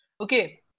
Okay